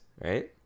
right